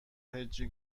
هجی